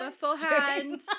Beforehand